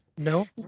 No